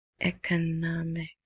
economic